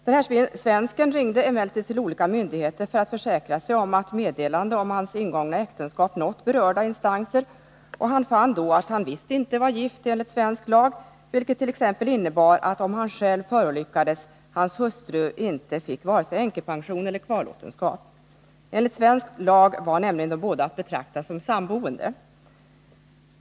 Den här svensken ringde emellertid till olika myndigheter för att försäkra sig om att meddelande om hans ingångna äktenskap nått berörda instanser, och han fann då att han visst inte var gift enligt svensk lag, vilket t.ex. innebar att, om han själv förolyckades, hans hustru inte skulle få vare sig änkepension eller kvarlåtenskap. Enligt svensk lag var nämligen de båda att betrakta som samboende.